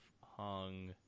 hung